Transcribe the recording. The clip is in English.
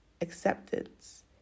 acceptance